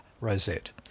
rosette